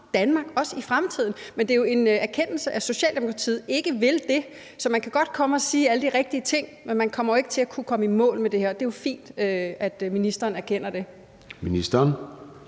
Danmark i fremtiden. Men det er jo en erkendelse, at Socialdemokratiet ikke vil det. Så man kan godt komme og sige alle de rigtige ting, men man kommer jo ikke til at kunne komme i mål med det her, og det er jo fint, at ministeren erkender det. Kl.